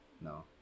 No